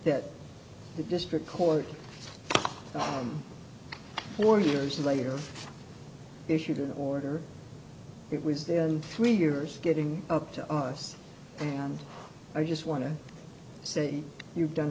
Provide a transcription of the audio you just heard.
that the district court four years later issued an order it was then three years getting up to us and i just want to say you've done